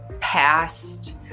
past